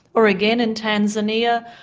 or again in tanzania,